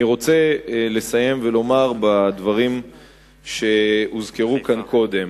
אני רוצה לסיים ולומר דברים שהוזכרו כאן קודם.